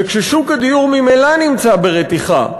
וכששוק הדיור ממילא נמצא ברתיחה,